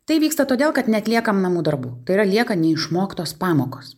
tai vyksta todėl kad neatliekam namų darbų tai yra lieka neišmoktos pamokos